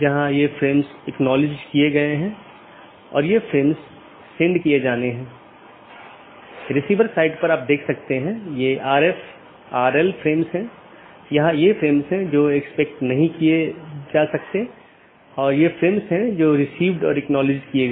एक ज्ञात अनिवार्य विशेषता एट्रिब्यूट है जोकि सभी BGP कार्यान्वयन द्वारा पहचाना जाना चाहिए और हर अपडेट संदेश के लिए समान होना चाहिए